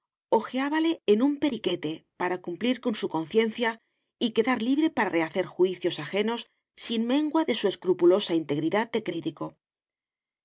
o aquel autor hojeábale en un periquete para cumplir con su conciencia y quedar libre para rehacer juicios ajenos sin mengua de su escrupulosa integridad de crítico